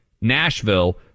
Nashville